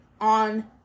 on